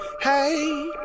Hey